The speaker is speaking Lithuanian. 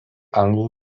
anglų